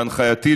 בהנחייתי,